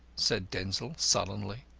said denzil, sullenly.